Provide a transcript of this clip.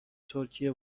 ترکیه